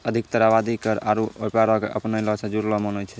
अधिकतर आवादी कर आरु व्यापारो क अपना मे जुड़लो मानै छै